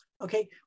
Okay